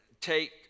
take